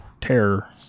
Terror